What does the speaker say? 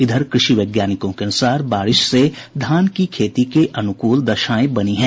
इधर कृषि वैज्ञानिकों के अनुसार बारिश से धान की खेती के अनुकूल दशाएं बनीं हैं